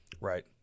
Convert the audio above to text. Right